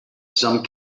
some